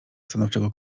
stanowczego